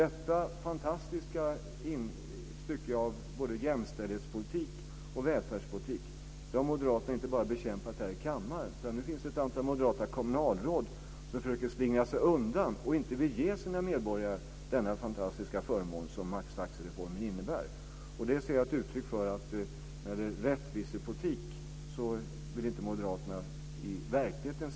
Detta fantastiska stycke av både jämställdhetspolitik och välfärdspolitik har moderaterna inte bara bekämpat här i kammaren. Nu finns det också ett antal moderata kommunalråd som försöker slingra sig undan och inte vill ge sina medborgare den fantastiska förmån som maxtaxereformen innebär. Det ser jag som uttryck för att moderaterna inte vill se rättvisepolitik genomförd i verkligheten.